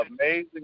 amazing